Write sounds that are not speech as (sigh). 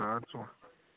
ساڑ (unintelligible)